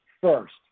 First